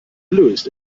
louis